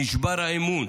נשבר האמון,